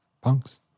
punks